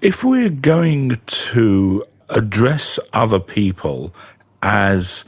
if we're going to address other people as